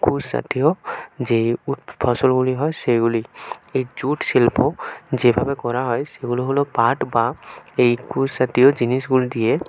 কুশ জাতীয় যে উৎ ফসলগুলি হয় সেইগুলি এই জুট শিল্প যেভাবে করা হয় সেগুলো হলো পাট বা এই কুশ জাতীয় জিনিসগুলি দিয়ে